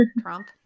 Trump